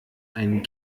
ein